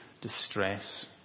distress